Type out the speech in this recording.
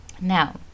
Now